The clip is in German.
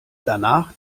danach